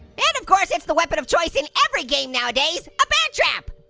and of course, it's the weapon of choice in every game nowadays. a bear trap,